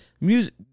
music